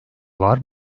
var